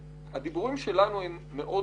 הדיבורים שלנו הם מאוד